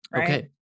Okay